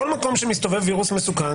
בכל מקום שמסתובב וירוס מסוכן,